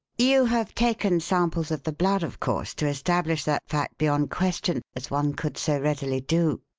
you have taken samples of the blood, of course, to establish that fact beyond question, as one could so readily do?